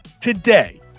today